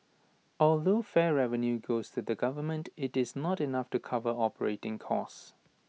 although fare revenue goes to the government IT is not enough to cover operating costs